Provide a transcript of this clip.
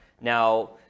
Now